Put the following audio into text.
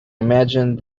imagine